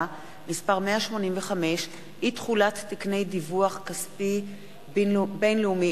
(מס' 185) (אי-תחולת תקני דיווח כספי בין-לאומיים,